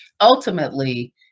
ultimately